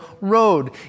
road